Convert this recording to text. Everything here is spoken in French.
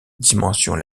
dimension